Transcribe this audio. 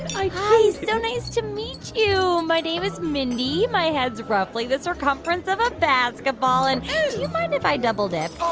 you know nice to meet you. my name is mindy. my head's roughly the circumference of a basketball. and do you mind if i double dip?